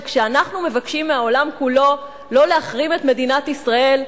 שכשאנחנו מבקשים מהעולם כולו לא להחרים את מדינת ישראל,